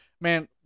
man